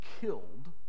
killed